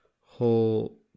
whole